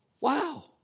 Wow